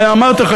ואמרתי לכם,